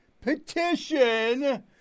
petition